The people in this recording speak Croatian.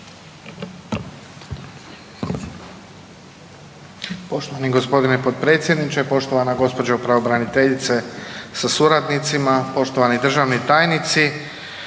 Poštovani g. potpredsjedniče, poštovana gospođo pravobraniteljice sa suradnicima, poštovani državni tajnici.